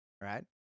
right